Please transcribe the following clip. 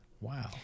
Wow